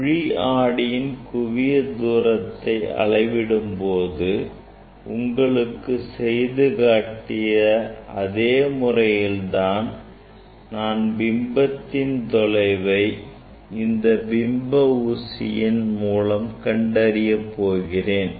குழி ஆடியின் குவியத் தூரத்தை அளவிடும் போது உங்களுக்கு செய்து காட்டிய அதே முறையில் தான் இப்போது நான் பிம்பத்தின் தொலைவை இந்த பிம்ப ஊசியின் மூலம் கண்டறிய போகிறேன்